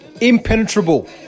impenetrable